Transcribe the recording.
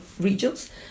regions